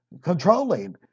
controlling